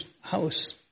house